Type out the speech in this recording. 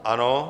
Ano.